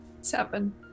Seven